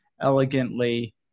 elegantly